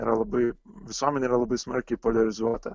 yra labai visuomenė yra labai smarkiai poliarizuota